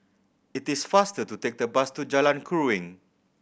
it is faster to take the bus to Jalan Keruing